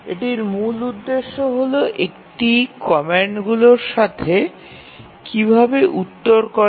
এটির মূল উদ্দেশ্য হল কমান্ডগুলির সাথে কিভাবে উত্তর করে সেটা দেখা